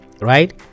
Right